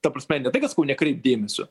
ta prasme ne tai kad sakau nekreipt dėmesio